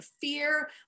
fear